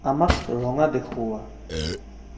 আমাক ৰঙা দেখুওৱা